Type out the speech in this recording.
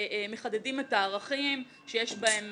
מחדדים את הערכים שיש בהם